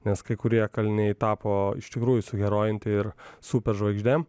nes kai kurie kaliniai tapo iš tikrųjų suherojinti ir superžvaigždėm